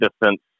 distance